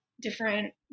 different